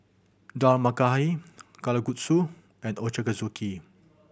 Dal Makhani Kalguksu and Ochazuke